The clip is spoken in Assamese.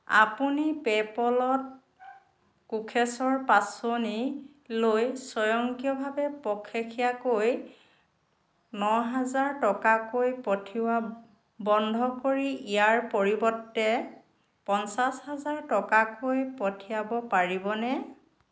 আপুনি পে' পলত কোখেশ্বৰ পাচনি লৈ স্বয়ংক্ৰিয়ভাৱে পখেকীয়াকৈ ন হাজাৰ টকাকৈ পঠিওৱা বন্ধ কৰি ইয়াৰ পৰিৱৰ্তে পঞ্চাছ হাজাৰ টকাকৈ পঠিয়াব পাৰিবনে